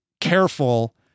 careful